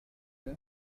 with